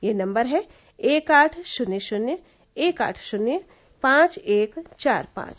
यह नम्बर है एक आठ शुन्य शुन्य एक आठ शुन्य पांव एक चार पांच